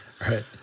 Right